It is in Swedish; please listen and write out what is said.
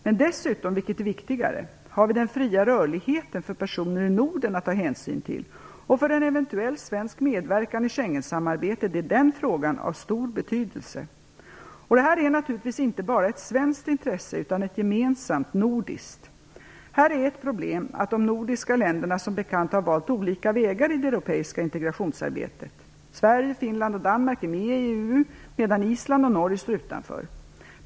Men dessutom, vilket är viktigare, har vi den fria rörligheten för personer i Norden att ta hänsyn till, och för en eventuell svensk medverkan i Schengensamarbetet är den frågan av stor betydelse. Detta är naturligtvis inte bara ett svenskt intresse utan ett gemensamt nordiskt. Här är ett problem att de nordiska länderna som bekant har valt olika vägar i det europeiska integrationsarbetet. Sverige, Finland och Danmark är med i EU medan Island och Norge står utanför.